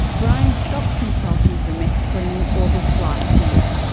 brian stopped consulting for meth screen in august last year.